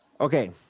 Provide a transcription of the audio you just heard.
Okay